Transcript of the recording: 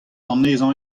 anezhañ